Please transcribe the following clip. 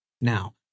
Now